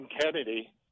Kennedy